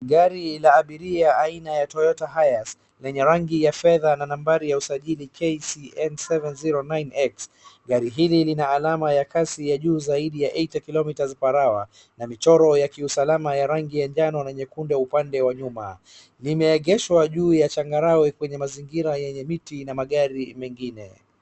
Gari la abiria aina ya Toyota ias yenye rangi ya fedha na nambari ya usajili KCN709X gari hili lina alama ya kasi ya juu zaidi ya 80km per hour na michoro ya kiusalama ya rangi ya njano na nyekundu upande wa nyuma. Limeegeshwa juu ya changarawe kwenye mazingira yenye miti na magari mengine.